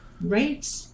Right